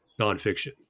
nonfiction